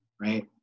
right